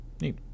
Neat